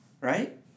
Right